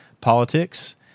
politics